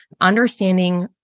understanding